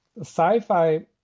Sci-fi